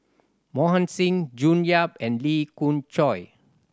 Mohan Singh June Yap and Lee Khoon Choy